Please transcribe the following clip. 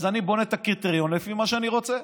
אז אני בונה את הקריטריון לפי מה שאני רוצה.